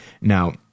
Now